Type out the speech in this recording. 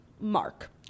Mark